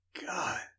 God